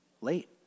late